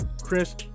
Chris